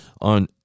on